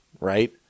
right